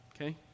Okay